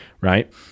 Right